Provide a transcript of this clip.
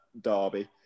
Derby